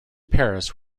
paris